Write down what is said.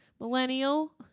Millennial